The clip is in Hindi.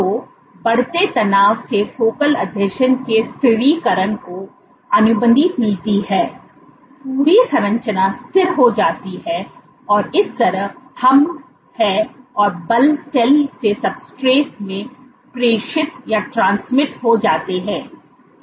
तो बढ़ते तनाव से फोकल आसंजन के स्थिरीकरण की अनुमति मिलती है पूरी संरचना स्थिर हो जाती है और इस तरह हम हैं और बल सेल से सब्सट्रेट में प्रेषित हो जाते हैं